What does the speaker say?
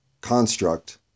construct